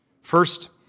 First